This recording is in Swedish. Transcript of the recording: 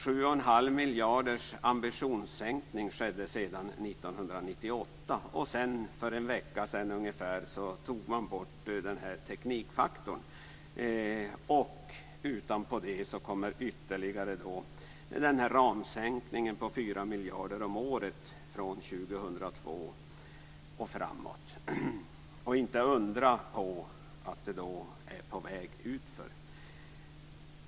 7,5 miljarders ambitionssänkning skedde sedan 1998, och för en vecka sedan tog man bort teknikfaktorn. Utöver det kommer ytterligare denna ramsänkning på 4 miljarder om året från 2002 och framåt. Inte undra på att det då är på väg utför.